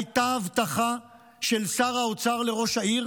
הייתה הבטחה של שר האוצר לראש העיר.